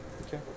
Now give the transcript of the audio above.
Okay